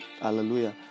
hallelujah